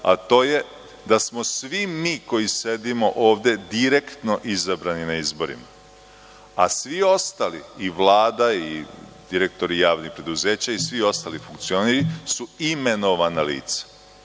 a to je da smo svi mi koji sedimo ovde direktno izabrani na izborima, a svi ostali, i Vlada i direktori javnih preduzeća i svi ostali funkcioneri, su imenovana lica.